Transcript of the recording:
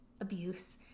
abuse